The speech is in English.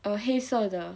err 黑色的